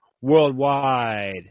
worldwide